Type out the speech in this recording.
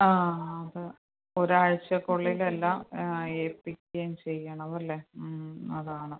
ആ അതെ ഒരു ആഴ്ചക്കുള്ളിൽ എല്ലാം ഈ ഏൽപ്പിക്കുകയും ചെയ്യണമല്ലേ അതാണ്